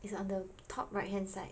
is on the top right hand side